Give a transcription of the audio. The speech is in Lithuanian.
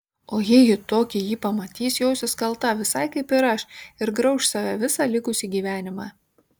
o jei ji tokį jį pamatys jausis kalta visai kaip ir aš ir grauš save visą likusį gyvenimą